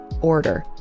order